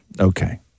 Okay